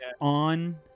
on